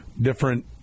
different